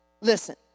Listen